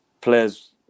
players